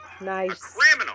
Nice